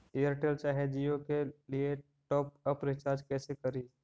Airtel चाहे जियो के लिए टॉप अप रिचार्ज़ कैसे करी?